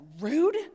rude